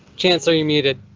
chancellor you're muted.